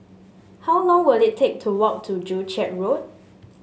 how long will it take to walk to Joo Chiat Road